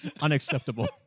Unacceptable